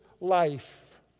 life